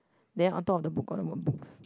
then on top of the book got the word books